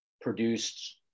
produced